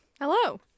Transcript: Hello